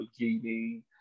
Lamborghini